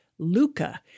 Luca